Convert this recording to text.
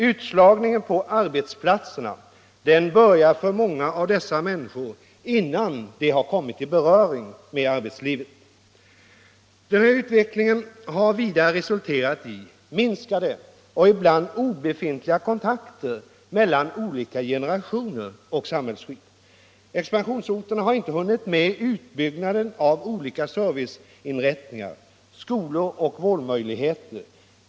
Utslagningen på arbetsplatsen börjar för många av dessa människor innan de har kommit i beröring med arbetslivet! Denna utveckling har vidare resulterat i minskade och ibland obefintliga kontakter mellan olika generationer och samhällsskikt. Expansionsorterna har inte hunnit med utbyggnaden av olika serviceinrättningar, skolor och vårdmöjligheter.